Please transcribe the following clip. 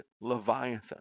Leviathan